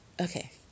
Okay